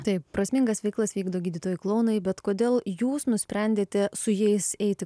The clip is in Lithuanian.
taip prasmingas veiklas vykdo gydytojai klounai bet kodėl jūs nusprendėte su jais eiti